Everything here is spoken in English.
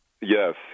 Yes